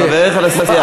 הוא חברך לסיעה.